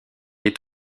est